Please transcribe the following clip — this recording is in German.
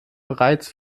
bereits